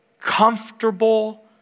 comfortable